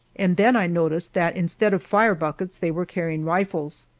and then i noticed that instead of fire buckets they were carrying rifles.